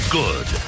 good